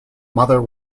mother